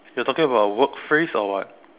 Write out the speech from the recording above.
you are talking about a word phrase or what